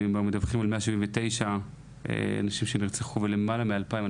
מדווחים על 179 אנשים שנרצחו ולמעלה מ-2000,